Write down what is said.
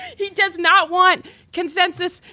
he does not want consensus,